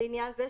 לעניין זה,